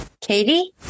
Katie